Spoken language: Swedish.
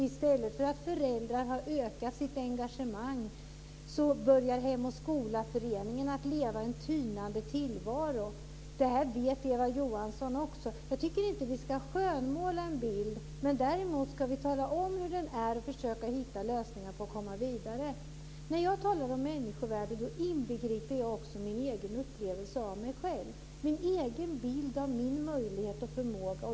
I stället för att föräldrar har ökat sitt engagemang börjar Hem och Skolaföreningen att leva en tynande tillvaro. Det vet Eva Jag tycker inte att vi ska skönmåla bilden. Däremot ska vi tala om hur den är och försöka hitta lösningar för att komma vidare. När jag talar om människovärde inbegriper jag också min egen upplevelse av mig själv - min egen bild av mina möjligheter och min förmåga.